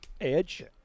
edge